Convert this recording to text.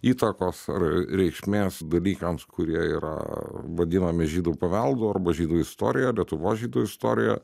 įtakos reikšmės dalykams kurie yra vadinami žydų paveldu arba žydų istorija lietuvos žydų istorijoje